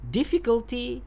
difficulty